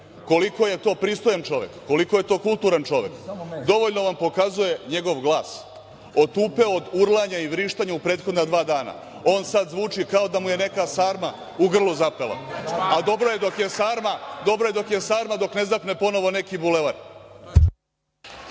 Koliko je to pristojan čovek, koliko je to kulturan čovek, dovoljno vam pokazuje njegov glas. Otupeo od urlanja i vrištanja u prethodna dva dana. On sada zvuči kao da mu je neka sarma u grlu zapela, a dobro je dok je sarma, dok ne zapne ponovo neki bulevar.